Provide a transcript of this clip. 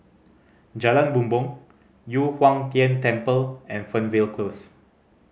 Jalan Bumbong Yu Huang Tian Temple and Fernvale Close